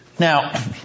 Now